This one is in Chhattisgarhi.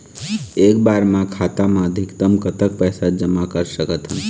एक बार मा खाता मा अधिकतम कतक पैसा जमा कर सकथन?